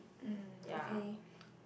ya